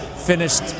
Finished